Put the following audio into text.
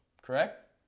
Correct